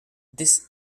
this